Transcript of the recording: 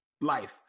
Life